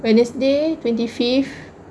wednesday twenty fifth